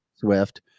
swift